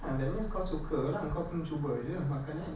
uh that means kau suka lah kau akan cuba sahaja kan makanan